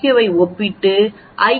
க்யூவை ஒப்பிட்டு ஐ